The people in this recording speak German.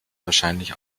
wahrscheinlich